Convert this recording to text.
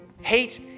Hate